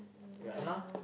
ya lah